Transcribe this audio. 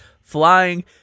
flying